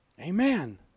Amen